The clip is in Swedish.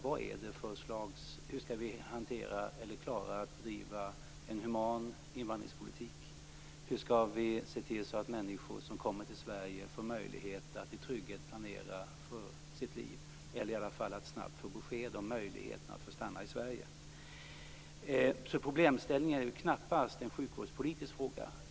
Hur skall vi klara att bedriva en human invandringspolitik? Hur skall vi se till att människor som kommer till Sverige får möjlighet att i trygghet planera för sina liv, eller i varje fall att de får ett snabbt besked om möjligheterna att stanna i Sverige? Problemställningen är knappast en sjukvårdspolitisk fråga.